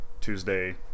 Tuesday